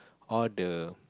all the